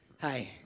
Hi